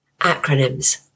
Acronyms